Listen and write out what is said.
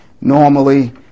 normally